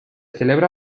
celebra